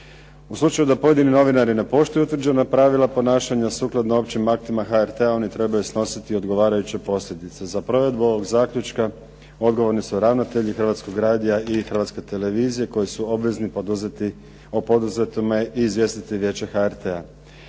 U slučaju da pojedini novinari ne poštuju utvrđena pravila ponašanja sukladno općim aktima HRT-a oni trebaju snositi odgovarajuće posljedice. Za provedbu ovog zaključka odgovorni su ravnatelji Hrvatskog radija i Hrvatske televizije koji su obvezni poduzeti, o poduzetom izvijestiti Vijeće HRT-a.